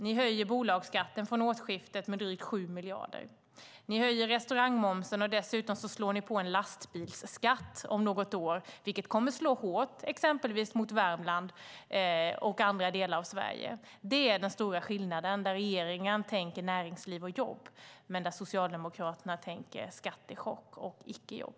Ni höjer bolagsskatten med drygt 7 miljarder från årsskiftet. Ni höjer restaurangmomsen, och dessutom lägger ni på en lastbilsskatt om något år. Det kommer att slå hårt mot exempelvis Värmland och andra delar av Sverige. Det är den stora skillnaden: Där regeringen tänker näringsliv och jobb tänker Socialdemokraterna skattechock och icke-jobb.